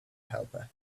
helper